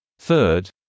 Third